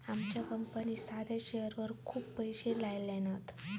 आमच्या कंपनीन साध्या शेअरवर खूप पैशे लायल्यान हत